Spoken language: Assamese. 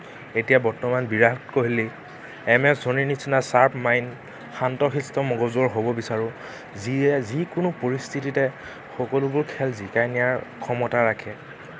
এতিয়া বৰ্তমান বিৰাট কোহলি এম এছ ধোনিৰ নিচিনা শ্বাৰ্প মাইণ্ড শান্ত শিষ্ট মগজুৰ হ'ব বিচাৰোঁ যিয়ে যিকোনো পৰিস্থিতিতে সকলোবোৰ খেল জিকাই নিয়াৰ ক্ষমতা ৰাখে